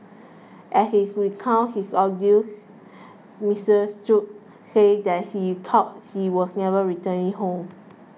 as he's recounted his ordeals Mister Shoo said that he thought he was never returning home